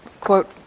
quote